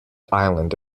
island